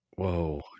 Whoa